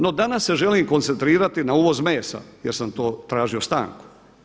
No, danas se želim koncentrirati na uvoz mesa jer sam to tražio stanku.